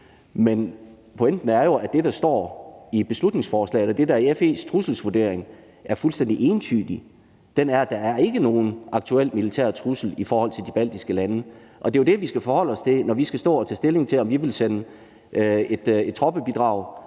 Men pointen er jo, at det, der står i beslutningsforslaget, og det, der er FE's trusselsvurdering, er fuldstændig entydigt, altså at der ikke er nogen aktuel militær trussel i forhold til de baltiske lande. Det er jo det, vi skal forholde os til, når vi skal stå og tage stilling til, om vi vil sende et troppebidrag